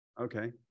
Okay